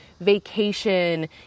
vacation